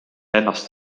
ennast